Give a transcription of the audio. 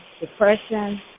depression